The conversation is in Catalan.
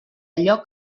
allò